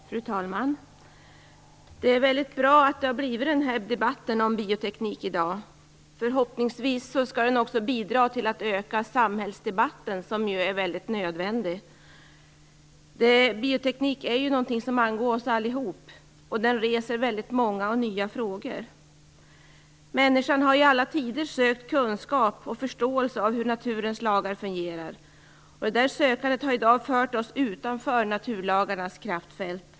Fru talman! Det är väldigt bra att det har anordnats en debatt om bioteknik i dag. Förhoppningsvis skall den också bidra till att öka samhällsdebatten, vilket är nödvändigt. Bioteknik är ju någonting som angår oss alla, och den reser många nya frågor. Människan har i alla tider sökt öka sin kunskap om och förståelse av hur naturens lagar fungerar. Det sökandet har i dag fört oss utanför naturlagarnas kraftfält.